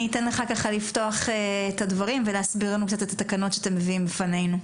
אני אתן לך לפתוח את הדברים ולהסביר לנו את התקנות שאתם מביאים בפנינו.